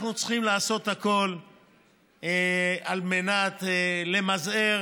אנחנו צריכים לעשות הכול על מנת למזער